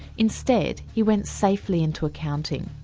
instead he went safely into accounting.